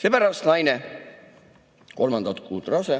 Seepärast naine kuuendat kuud rase